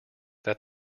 that